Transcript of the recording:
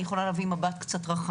אני יכולה להביא מבט רחב.